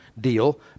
deal